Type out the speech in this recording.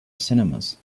cinemas